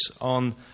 on